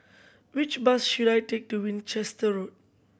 which bus should I take to Winchester Road